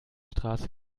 straße